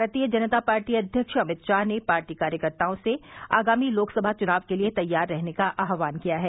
भारतीय जनता पार्टी अध्यक्ष अमित शाह ने पार्टी कार्यकर्तओं से आगामी लोकसभा चुनाव के लिए तैयार रहने का आह्वान किया है